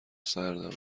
سردمه